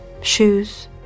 shoes